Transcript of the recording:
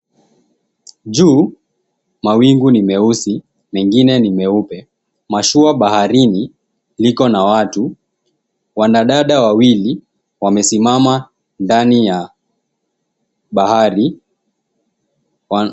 Juu mawingu ni meusi mengine ni meupe, mashua baharini liko na watu wanadada wawili wamesimama ndani ya bahari Wana.